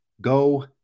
go